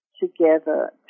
together